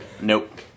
Nope